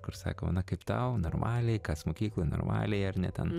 kur sako na kaip tau normaliai kas mokykloj normaliai ar ne ten